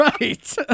right